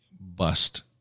bust